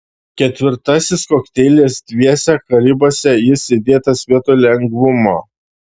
ketvirtasis kokteilis dviese karibuose jis įdėtas vietoj lengvumo